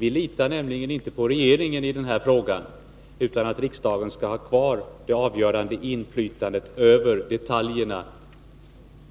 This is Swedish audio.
Vi litar nämligen inte på regeringen i den här frågan, utan vi tycker att riksdagen skall ha kvar det avgörande inflytandet över hur detaljerna